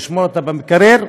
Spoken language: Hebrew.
ולשמור אותה במקרר,